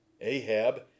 Ahab